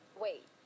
Wait